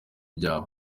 byabo